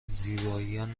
زیبایان